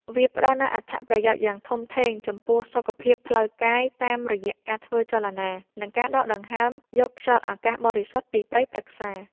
វាផ្ដល់នូវអត្ថប្រយោជន៍យ៉ាងធំធេងចំពោះសុខភាពផ្លូវកាយ តាមរយៈការធ្វើចលនា និងការដកដង្ហើមយកខ្យល់អាកាសបរិសុទ្ធពីព្រៃព្រឹក្សា។